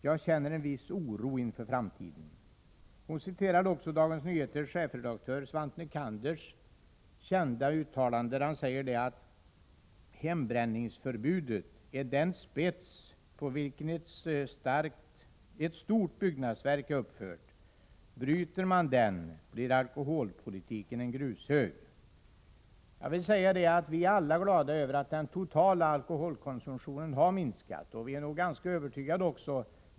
Jag känner en viss oro inför framtiden.” Hon citerade vid detta tillfälle också Dagens Nyheters chefredaktör Svante Nycanders kända utalande: ”Hembränningsförbudet är den spets på vilket ett stort byggnadsverk är uppfört. Bryter man den blir alkoholpolitiken en grushög.” Vi är alla glada över att den totala alkoholkonsumtionen har minskat.